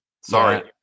Sorry